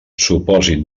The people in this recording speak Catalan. supòsit